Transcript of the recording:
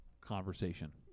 conversation